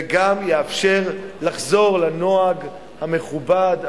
וגם לאפשר לחזור לנוהג המכובד,